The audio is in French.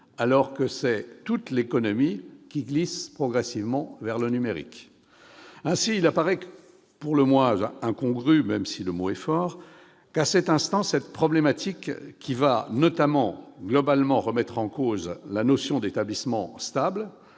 alors que c'est toute l'économie qui glisse progressivement vers le numérique ? Aussi semble-t-il pour le moins incongru- même si le mot est fort -qu'à cet instant cette problématique, qui va notamment remettre en cause de manière globale la notion d'établissement stable,